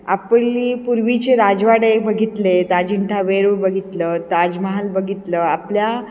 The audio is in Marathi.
आपली पूर्वीचे राजवाडे बघितले अजिंठा वेरूळ बघितलं ताजमहाल बघितलं आपल्या